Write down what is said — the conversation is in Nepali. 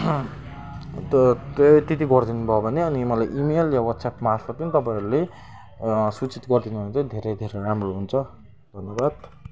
त त्यति गरिदिनु भयो भने अनि मलाई इमेल वा वाट्सएपमार्फत पनि तपाईँहरूले सुचित गरिदिनु भयो भने धेरै धेरै राम्रो हुन्छ धन्यवाद